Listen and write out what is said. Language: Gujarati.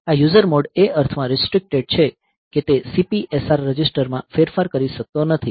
આ યુઝર મોડ એ અર્થમાં રીસ્ટ્રીક્ટેડ છે કે તે CPSR રજિસ્ટરમાં ફેરફાર કરી શકતો નથી